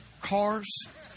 cars